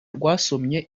rwasomwe